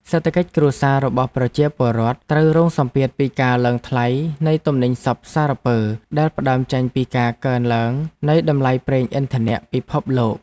សេដ្ឋកិច្ចគ្រួសាររបស់ប្រជាពលរដ្ឋត្រូវរងសម្ពាធពីការឡើងថ្លៃនៃទំនិញសព្វសារពើដែលផ្តើមចេញពីការកើនឡើងនៃតម្លៃប្រេងឥន្ធនៈពិភពលោក។